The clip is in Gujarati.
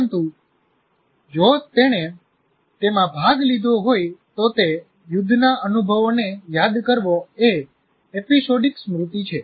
પરંતુ જો તેણે તેમાં ભાગ લીધો હોય તો તે યુદ્ધના અનુભવોને યાદ કરવો એ એપિસોડિક સ્મૃતિ છે